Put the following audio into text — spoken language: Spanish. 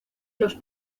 los